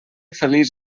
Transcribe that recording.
feliç